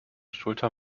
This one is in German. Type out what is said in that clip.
schulter